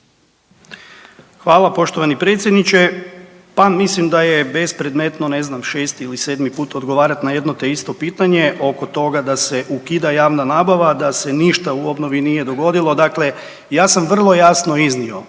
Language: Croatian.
Hvala poštovani predsjedniče. Pa mislim da je bespredmetno, ne znam, 6. ili 7. put odgovarati na jedno te isto pitanje oko toga da se ukida javna nabava, da se ništa u obnovi nije dogodilo, dakle ja sam vrlo jasno iznio,